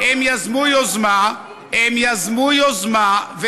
הם יזמו יוזמה, הם יזמו יוזמה, יזמו יוזמה.